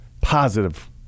positive